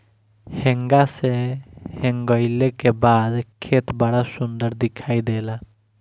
हेंगा से हेंगईले के बाद खेत बड़ा सुंदर दिखाई देला